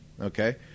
Okay